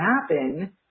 happen